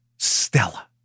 Stella